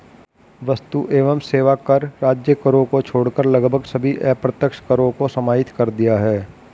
वस्तु एवं सेवा कर राज्य करों को छोड़कर लगभग सभी अप्रत्यक्ष करों को समाहित कर दिया है